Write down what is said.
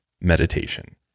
meditation